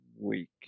week